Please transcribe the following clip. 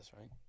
right